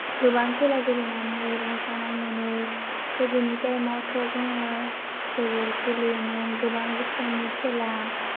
गोबां खेला गेलेनानै रंजानाय मोनो गोदोनि टाइमआवथ' जोङो जोबोर गेलेयोमोन गोबां रोखोमनि खेला